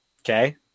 Okay